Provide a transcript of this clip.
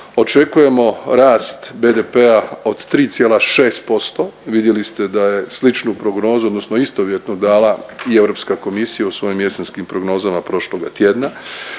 očekujemo rast BDP-a od 3,6%. Vidjeli ste da je sličnu prognozu odnosno istovjetnu dala i Europska komisija u svojim jesenskim prognozama prošloga tjedna.